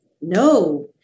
no